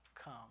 come